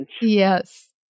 Yes